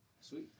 Sweet